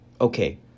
Okay